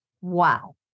Wow